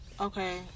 Okay